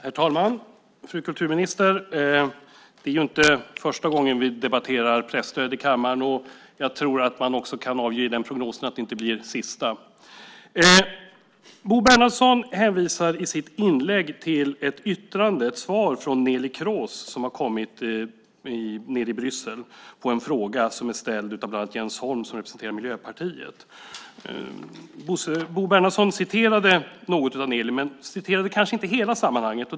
Herr talman! Det är inte första gången, fru kulturminister, vi debatterar presstödet i kammaren. Jag tror att man kan avge den prognosen att det inte är sista gången. Bo Bernhardsson hänvisade i sitt inlägg till ett yttrande, ett svar, från Neelie Kroes i Bryssel, på en fråga ställd av bland annat Jens Holm, som representerar Miljöpartiet. Bo Bernhardsson nämnde något av vad Neelie har framfört men kanske inte hela sammanhanget.